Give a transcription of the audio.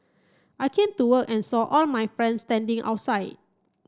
I came to work and saw all my friends standing outside